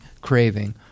craving